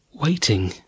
waiting